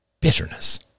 bitterness